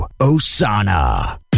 Osana